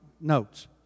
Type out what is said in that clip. notes